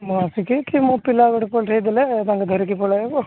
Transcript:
ମୁଁ ଆସିକି କି ମୋ ପିଲା ଗୋଟେ ପଠେଇଦେଲେ ତାଙ୍କେ ଧରିକି ପଳେଆଇବ